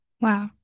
Wow